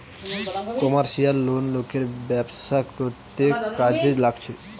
commercial loan লোকের ব্যবসা করতে কাজে লাগছে